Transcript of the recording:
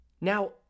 Now